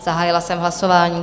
Zahájila jsem hlasování.